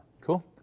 Cool